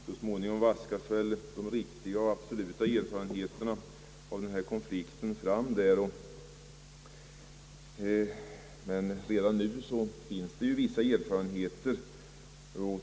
Så småningom vaskas väl de riktiga och absoluta erfarenheterna av konflikten fram, men redan nu finns det vissa erfarenheter.